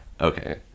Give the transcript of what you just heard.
Okay